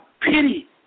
pity